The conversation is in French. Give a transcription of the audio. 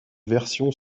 version